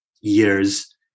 years